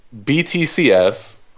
BTCS